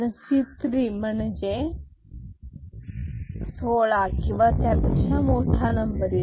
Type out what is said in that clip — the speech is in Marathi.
कारण C3 म्हणजे सोळा किंवा त्यापेक्षा मोठा नंबर